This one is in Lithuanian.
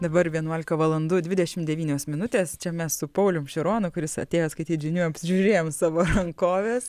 dabar vienuolika valandų dvidešim devynios minutės čia mes su paulium šironu kuris atėjo skaityt žinių apsižiūrėjom savo rankoves